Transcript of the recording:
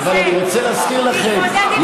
אבל אני רוצה להזכיר לכם, תתמודד עם החוק הזה.